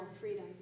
freedom